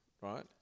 Right